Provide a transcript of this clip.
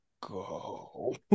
go